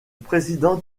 président